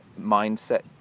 mindset